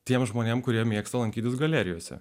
tiems žmonėms kurie mėgsta lankytis galerijose